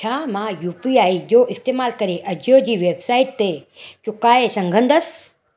छा मां U P I जो इस्तेमाल करे अजियो जी वेबसाइट ते चुकाए सघंदसि